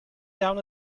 down